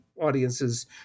audiences